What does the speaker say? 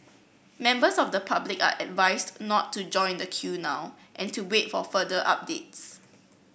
members of the public are advised not to join the queue now and to wait for further updates